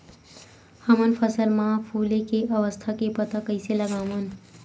हमन फसल मा फुले के अवस्था के पता कइसे लगावन?